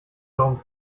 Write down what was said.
darum